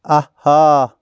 آہ ہا